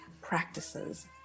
practices